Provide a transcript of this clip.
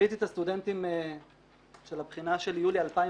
ליוויתי את הסטודנטים של הבחינה של יולי 2017,